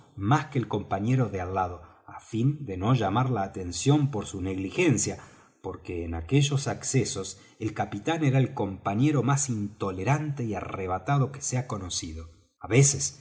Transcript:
más que el compañero de al lado á fin de no llamar la atención por su negligencia porque en aquellos accesos el capitán era el compañero más intolerante y arrebatado que se ha conocido á veces